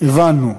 הבנו,